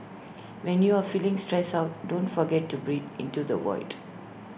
when you are feeling stressed out don't forget to breathe into the void